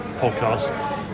podcast